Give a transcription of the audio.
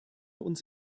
uns